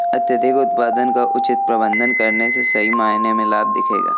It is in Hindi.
अत्यधिक उत्पादन का उचित प्रबंधन करने से सही मायने में लाभ दिखेगा